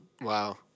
Wow